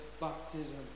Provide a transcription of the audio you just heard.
baptism